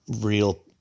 real